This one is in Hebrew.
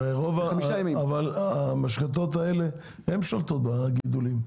הרי רוב המשחטות האלה שולטות בגידולים.